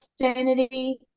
sanity